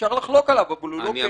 אפשר לחלוק עליו אבל הוא לא כאילו.